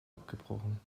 abgebrochen